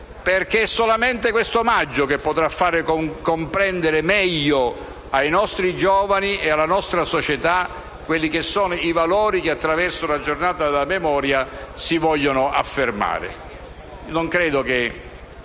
perché solamente questo omaggio potrà far comprendere meglio ai nostri giovani e alla nostra società i valori che, attraverso la giornata della memoria, si vogliono affermare. Non credo di